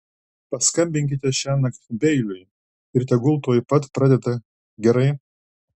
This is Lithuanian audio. paskambinkite šiąnakt beiliui ir tegul tuoj pat pradeda gerai